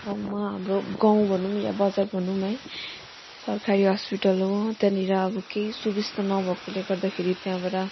गाउँमा हाम्रो गाउँ भनौँ या बजार भनौँ है सरकारी हस्पिटल हो त्यहाँनिर अब केही सुविस्ता नभएकोले गर्दाखेरि त्यहाँबाट